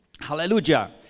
hallelujah